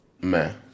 Man